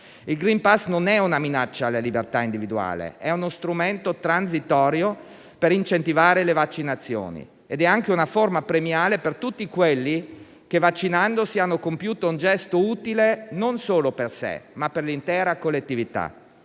del *green pass,* che non è una minaccia alla libertà individuale, ma uno strumento transitorio per incentivare le vaccinazioni ed è anche una forma premiale per tutti quelli che, vaccinandosi, hanno compiuto un gesto utile non solo per sé, ma per l'intera collettività.